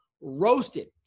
ROASTED